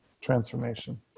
transformation